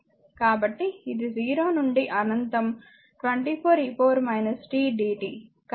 కాబట్టి ఇది 0 నుండి అనంతం 24 e tdt